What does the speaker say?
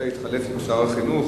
התחלף עם שר החינוך,